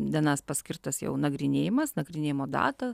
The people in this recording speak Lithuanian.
dienas paskirtas jau nagrinėjimas nagrinėjimo data